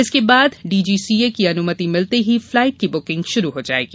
इसके बाद डीजीसीए की अनुमति मिलते ही फ्लाइट की बुकिंग शुरू हो जाएगी